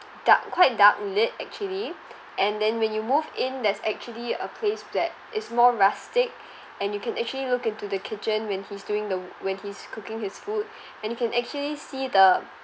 dark quite dark lit actually and then when you moved in there's actually a place that is more rustic and you can actually look into the kitchen when he's doing the w~ when he's cooking his food and you can actually see the